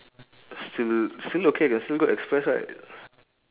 still still okay can still go express right